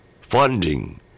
funding